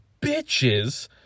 bitches